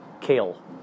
kale